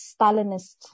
Stalinist